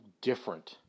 different